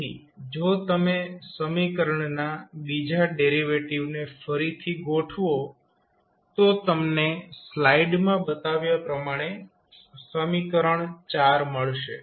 તેથી જો તમે સમીકરણના બીજા ડેરિવેટિવ ને ફરીથી ગોઠવો તો તમને સ્લાઇડમાં બતાવ્યા પ્રમાણે સમીકરણ મળશે